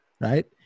right